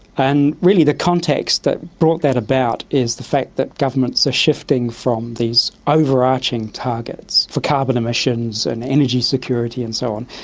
and really the context that brought that about is the fact that governments are shifting from these overarching targets for carbon emissions and energy security and so on,